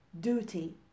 duty